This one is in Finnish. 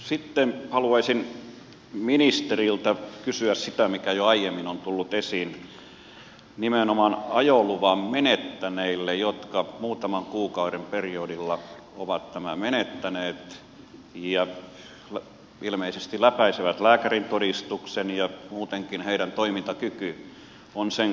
sitten haluaisin ministeriltä kysyä sitä mikä jo aiemmin on tullut esiin nimenomaan ajoluvan menettäneistä jotka muutaman kuukauden periodilla ovat tämän menettäneet ja ilmeisesti läpäisevät lääkärintodistuksen ja joilla muutenkin toimintakyky on sen kaltainen